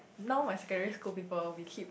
but my scary school people we keep